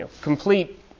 Complete